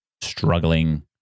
struggling